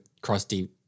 crusty